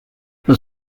the